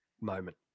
moment